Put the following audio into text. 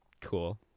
cool